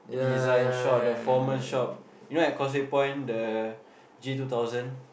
design shop the formal shop you know at Causeway-Point the G-two-thousand